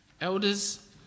Elders